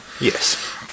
Yes